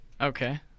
okay